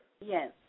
Yes